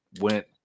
went